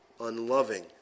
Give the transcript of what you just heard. unloving